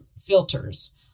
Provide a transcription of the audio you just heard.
filters